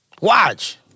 Watch